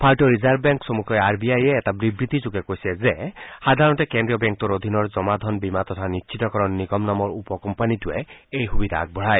ভাৰতীয় reserve bank চমুকৈ R B আয়ে এটা বিবৃতিযোগে কৈছে যে সাধাৰণতে কেজ্ৰীয় বেংকটোৰ অধীনৰ জমা ধন বীমা তথা নিশ্চিতকৰণ নিগম নামৰ উপ কোম্পানীটোৱে এই সুবিধা আগবঢ়ায়